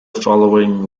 following